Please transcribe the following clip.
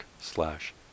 slash